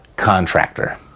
contractor